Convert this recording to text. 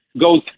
goes